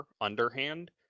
underhand